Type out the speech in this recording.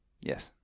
Yes